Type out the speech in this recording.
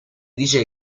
dice